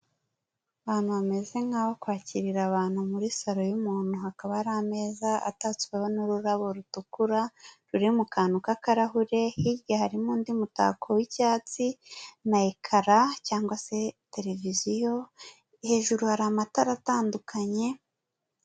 Ahantu hameze nk'aho kwakirira abantu muri salo y'umuntu hakaba ari ameza atatsweho n'ururabo rutukura ruri mu kantu k'akarahure, hirya harimo undi mutako w'icyatsi na ekara cyangwa se televiziyo, hejuru hari amatara atandukanye...